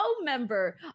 member